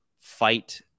fight